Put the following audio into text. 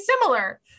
similar